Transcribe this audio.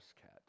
cat